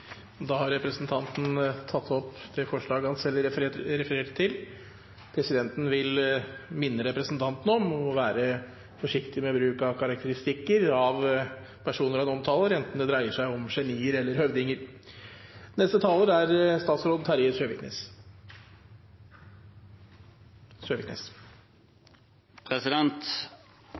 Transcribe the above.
Representanten Per Espen Stoknes har tatt opp det forslaget han refererte til. Presidenten vil minne representanten om å være forsiktig med bruk av karakteristikker av personer han omtaler, enten det dreier seg om genier eller høvdinger. Hovedmålet i petroleumspolitikken er